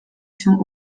się